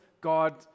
God